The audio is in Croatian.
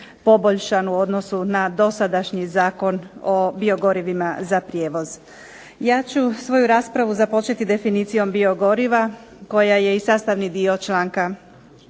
poboljšan u odnosu na dosadašnji Zakon o biogorivima za prijevoz. Ja ću svoju raspravu započeti definicijom biogoriva koja je sastavni dio članka